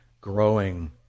growing